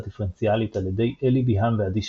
הדיפרנציאלית על ידי אלי ביהם ועדי שמיר.